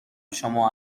شما